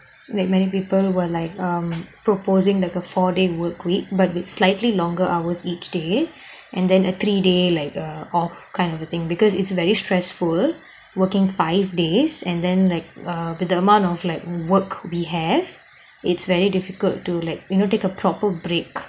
when many people were like ah proposing like a four day work week but with slightly longer hours each day and then a three day like a off kind of thing because it's very stressful working five days and then like ah with the amount of like work we have it's very difficult to like you know take a proper break